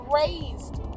raised